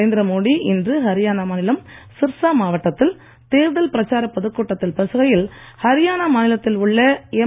நரேந்திர மோடி இன்று ஹரியானா மாநிலம் சிர்சா மாவட்டத்தில் தேர்தல் பிரச்சாரப் பொதுக்கூட்டத்தில் பேசுகையில் ஹரியானா மாநிலத்தில் உள்ள எம்